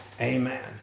Amen